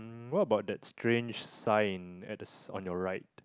what about that strange sign at the on your right